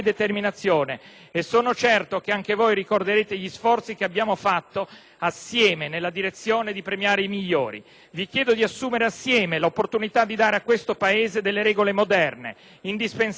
compiuto assieme nella direzione di premiare i migliori. Vi chiedo di sostenere assieme l'opportunità di dare a questo Paese delle regole moderne, indispensabili per far progredire gli scienziati più capaci e le idee più promettenti.